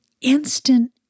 instant